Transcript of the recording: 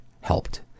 helped